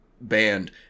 band